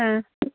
ആ